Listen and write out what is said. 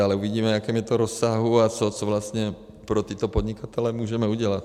Ale uvidíme, v jakém je to rozsahu a co vlastně pro tyto podnikatele můžeme udělat.